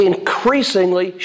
increasingly